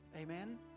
Amen